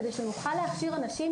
כדי שנוכל להכשיר אנשים,